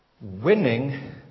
Winning